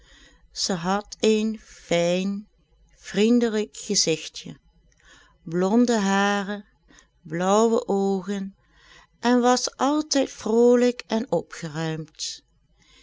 zij had een fijn vriendelijk gezigtje blonde haren blaauwe oogen en was altijd vrolijk en opgeruimd